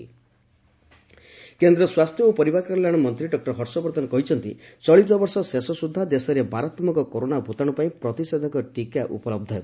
ହର୍ଷବର୍ଦ୍ଧନ ସ୍ୱାସ୍ଥ୍ୟ ଓ ପରିବାର କଲ୍ୟାଣ ମନ୍ତ୍ରୀ ଡକ୍କର ହର୍ଷବର୍ଦ୍ଧନ କହିଛନ୍ତି ଚଳିତବର୍ଷ ଶେଷ ସୁଦ୍ଧା ଦେଶରେ ମାରାତ୍ମକ କରୋନା ଭୂତାଣୁ ପାଇଁ ପ୍ରତିଷେଧକ ଟୀକା ଉପଲହ୍ଧ ହେବ